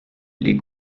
les